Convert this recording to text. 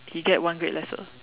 he get one grade lesser